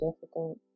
difficult